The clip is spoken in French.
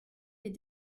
les